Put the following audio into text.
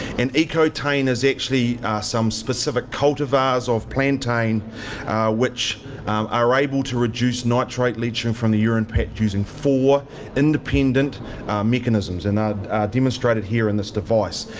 and ecotain is actually some specific cultivars of plantain which are able to reduce nitrate leaching from the urine patch using four independent mechanisms. they and are demonstrated here in this device,